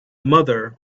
mother